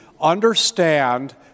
understand